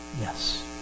Yes